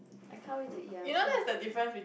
I can't wait to eat I'm so hungry